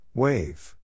Wave